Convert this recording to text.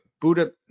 Buddha